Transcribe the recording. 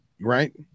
right